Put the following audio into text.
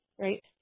right